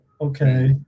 Okay